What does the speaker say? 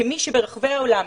כמי שברחבי העולם,